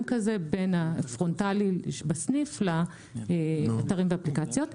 כזה בין הפרונטלי בסניף לאתרים והאפליקציות.